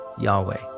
Yahweh